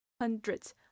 hundreds